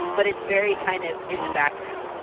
but it's very kind of in the background.